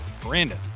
Brandon